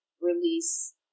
release